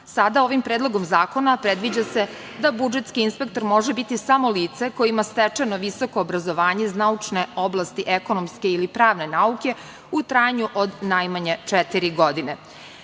Sada ovim predlogom zakona predviđa se da budžetski inspektor može biti samo lice koje ima stečeno visoko obrazovanje iz naučne oblasti, ekonomske ili pravne nauke u trajanju od najmanje četiri godine.